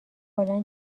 کلا